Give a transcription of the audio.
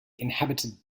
inhabited